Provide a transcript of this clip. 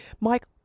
Mike